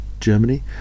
Germany